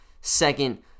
second